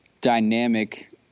dynamic